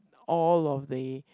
all of the